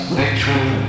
nature